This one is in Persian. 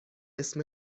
اسم